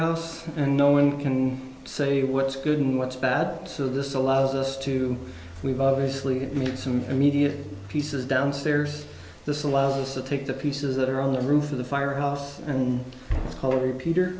house and no one can say what's good and what's bad so this allows us to we've obviously made some immediate pieces downstairs this allows us to take the pieces that are on the roof of the firehouse and